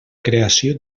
creació